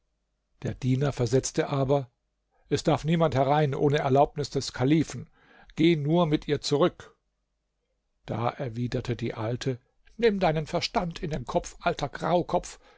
der diener versetzte aber es darf niemand herein ohne erlaubnis des kalifen geh nur mit ihr zurück da erwiderte die alte nimm deinen verstand in den kopf alter